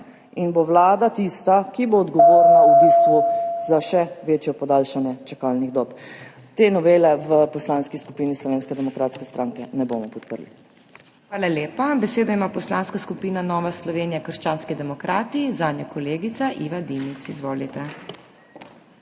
in bo Vlada tista, ki bo odgovorna v bistvu za še večje podaljšanje čakalnih dob. Te novele v Poslanski skupini Slovenske demokratske stranke ne bomo podprli. PODPREDSEDNICA MAG. MEIRA HOT: Hvala lepa. Besedo ima Poslanska skupina Nova Slovenija – krščanski demokrati, zanjo kolegica Iva Dimic. Izvolite.